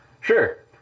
Sure